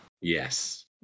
Yes